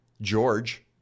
George